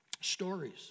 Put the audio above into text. Stories